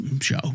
show